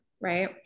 right